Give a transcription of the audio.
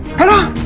come on,